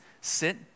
sit